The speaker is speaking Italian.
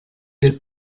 del